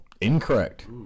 Incorrect